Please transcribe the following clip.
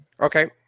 Okay